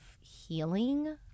healing